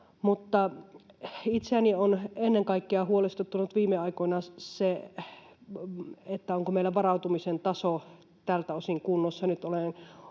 itseäni on ennen kaikkea huolestuttanut viime aikoina se, onko meillä varautumisen taso tältä osin kunnossa.